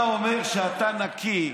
אתה אומר שאתה נקי.